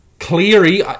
Cleary